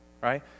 right